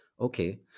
okay